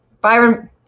Byron